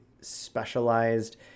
specialized